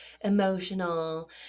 emotional